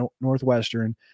Northwestern